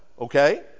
okay